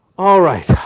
all right.